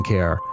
Care